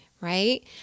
Right